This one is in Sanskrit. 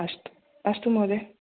अस्तु अस्तु महोदय